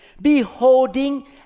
Beholding